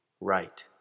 right